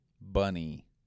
Bunny